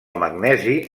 magnesi